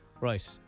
right